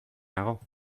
nago